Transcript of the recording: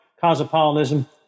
cosmopolitanism